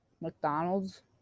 McDonald's